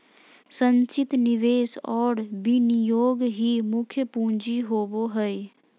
संचित निवेश और विनियोग ही मुख्य पूँजी होबो हइ